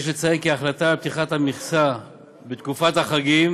יש לציין כי ההחלטה על פתיחת המכסה בתקופת החגים